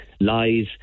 lies